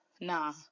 Nah